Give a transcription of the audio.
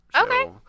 Okay